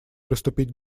приступить